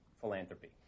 philanthropy